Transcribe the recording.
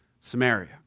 Samaria